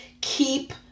Keep